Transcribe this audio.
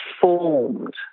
formed